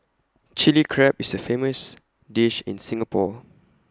Chilli Crab is A famous dish in Singapore